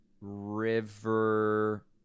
River